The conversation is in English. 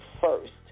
first